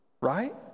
right